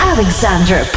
Alexander